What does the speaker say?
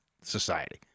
society